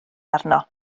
arno